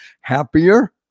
happier